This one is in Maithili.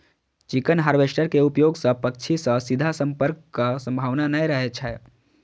चिकन हार्वेस्टर के उपयोग सं पक्षी सं सीधा संपर्कक संभावना नै रहै छै